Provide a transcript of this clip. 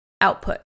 output